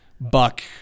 buck